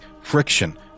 friction